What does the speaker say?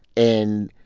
and